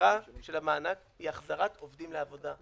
המטרה של המענק היא החזרת עובדים לעבודה.